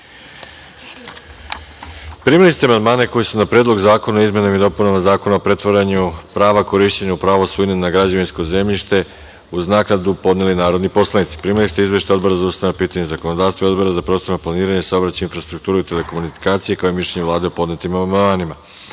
celini. Primili ste amandmane koje su na Predlog zakona o izmenama i dopunama Zakona o pretvaranju prava korišćenja u pravo svojine na građevinsko zemljište uz naknadu podneli narodni poslanici. Primili ste izveštaj Odbora za ustavna pitanja i zakonodavstvo i Odbora za prostorno planiranje, saobraćaj, infrastrukturu i telekomunikacije, kao i mišljenje Vlade o podnetim amandmanima. Pošto